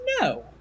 no